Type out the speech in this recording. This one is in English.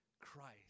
Christ